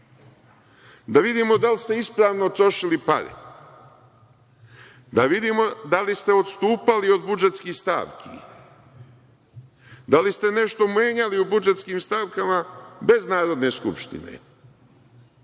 da vidimo da li ste ispravno trošili pare, da vidimo da li ste odstupali od budžetskih stavki, da li ste nešto menjali u budžetskim stavkama bez Narodne skupštine,